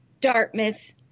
Dartmouth